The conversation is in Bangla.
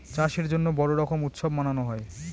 চাষের জন্য বড়ো রকম উৎসব মানানো হয়